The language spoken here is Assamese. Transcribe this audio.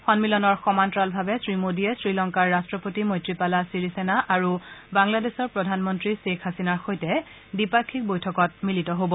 সম্মিলনৰ সমান্তৰালভাৱে শ্ৰীমোদীয়ে শ্ৰীলংকাৰ ৰট্টপতি মৈত্ৰীপালা শ্ৰীসেনা আৰু বাংলাদেশৰ প্ৰধানমন্ত্ৰী শ্বেখ হাছিনাৰ সৈতে দ্বিপাক্ষিক বৈঠকত মিলিত হব